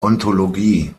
ontologie